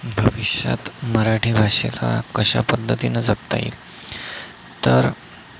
भविष्यात मराठी भाषेला कशा पद्धतीनं जपता येईल तर